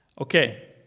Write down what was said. Okay